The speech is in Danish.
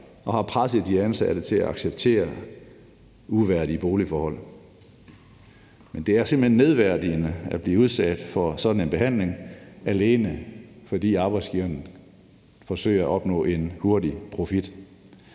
og presset de ansatte til at acceptere uværdige boligforhold. Det er simpelt hen nedværdigende at blive udsat for sådan en behandling, alene fordi arbejdsgiverne forsøger at opnå en hurtig profit.